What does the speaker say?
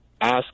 ask